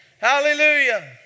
hallelujah